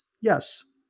yes